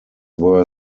were